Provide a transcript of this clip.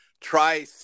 Try